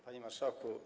Panie Marszałku!